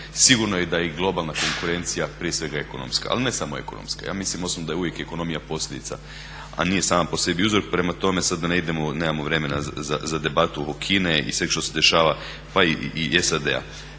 Sigurno je i da i globalna konkurencija, prije svega ekonomska. Ali ne samo ekonomska. Ja mislim osobno da je uvijek ekonomija posljedica a nije sama po sebi uzrok. Prema tome, sad sa ne idemo, nemamo vremena za debatu od Kine i sveg što se dešava, pa i SAD-a.